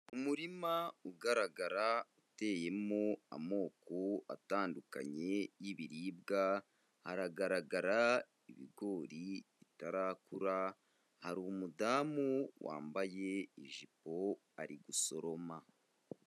Umurima ugaragara uteyemo amoko atandukanye y'ibiribwa, hagaragara ibigori bitarakura, hari umudamu wambaye ijipo ari gusoroma.